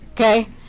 Okay